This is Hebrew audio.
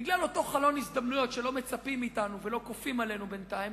בגלל אותו חלון הזדמנויות שלא מצפים מאתנו ולא כופים עלינו בינתיים,